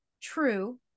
true